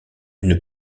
une